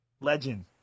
Legend